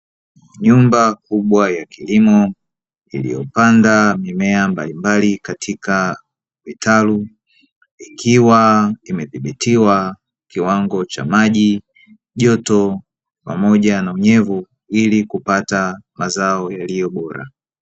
Nyumba kubwa ya kilimo iliyopandwa mimea mbalimbali katika vitalu, ikiwa imedhibitiwa kiwango cha maji, joto pamoja na unyevu ili kupata mazao yaliyo bora.